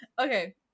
Okay